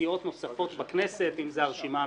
סיעות נוספות בכנסת, אם זה הרשימה המשותפת,